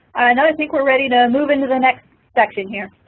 and i think we're ready to move into the next section here.